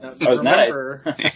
remember